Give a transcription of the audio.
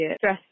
stress